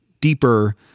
deeper